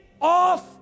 off